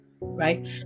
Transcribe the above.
right